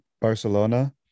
Barcelona